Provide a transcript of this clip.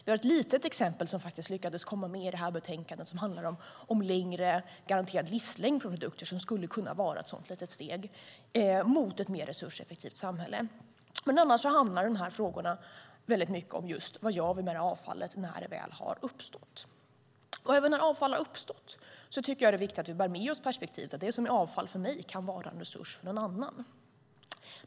Vi har ett litet exempel som faktiskt lyckades komma med i det här betänkandet. Det handlar om längre garanterad livslängd på produkter. Det skulle kunna vara ett sådant litet steg mot ett mer resurseffektivt samhälle. Annars handlar frågorna väldigt mycket om vad vi gör med avfallet när det väl har uppstått. Även när avfall har uppstått tycker jag att det är viktigt att vi bär med oss perspektivet att det som är avfall för mig kan vara en resurs för en annan.